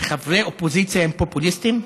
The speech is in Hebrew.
שחברי אופוזיציה הם פופוליסטים?